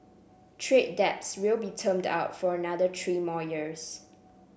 trade debts will be termed out for another three more years